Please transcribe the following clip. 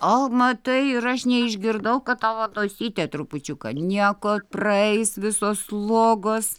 o matai ir aš neišgirdau kad tavo nosytė trupučiuką nieko praeis visos slogos